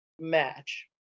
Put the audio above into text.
match